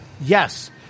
Yes